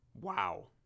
Wow